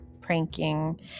pranking